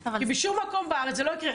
כי בשום מקום בארץ זה לא יקרה.